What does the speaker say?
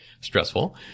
stressful